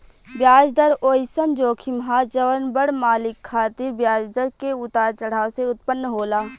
ब्याज दर ओइसन जोखिम ह जवन बड़ मालिक खातिर ब्याज दर के उतार चढ़ाव से उत्पन्न होला